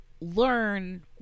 learn